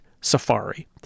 Safari